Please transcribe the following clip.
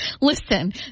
Listen